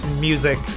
Music